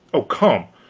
oh, come,